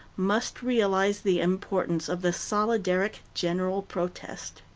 must realize the importance of the solidaric general protest.